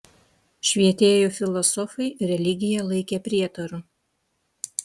švietėjų filosofai religiją laikė prietaru